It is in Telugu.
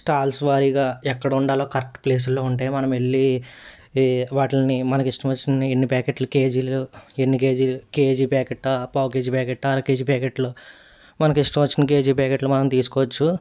స్టాల్స్ వారీగా ఎక్కడ ఉండాలో కరెక్ట్ ప్లేస్ల్లో ఉంటాయి మనం వెళ్ళి ఈ వాటిని మనకు ఇష్టం వచ్చినన్ని ఎన్ని ప్యాకెట్లు కేజీలు ఎన్ని కేజీలు కేజీ ప్యాకెట్టా పావు కేజీ ప్యాకెట్టా అర కేజీ ప్యాకెట్లు మనకు ఇష్టం వచ్చిన కేజీ ప్యాకెట్లు మనం తీసుకోవచ్చు